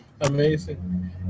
Amazing